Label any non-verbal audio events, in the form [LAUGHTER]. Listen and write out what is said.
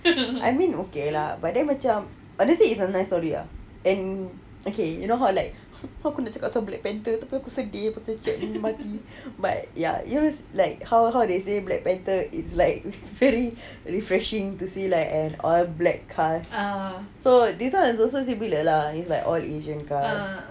I mean okay lah but then macam let's say it's a nice story ah and okay you know how I like [BREATH] hmm how [NOISE] kenapa aku nak cakap pasal black panther tapi aku sedih pasal chad mati but ya you know like how they say black panther it's like very refreshing to see like an all black cast so this [one] is also similar lah it's like all asian cast